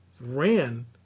ran